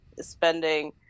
spending